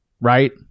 right